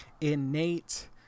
innate